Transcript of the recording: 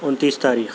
اُنتیس تاریخ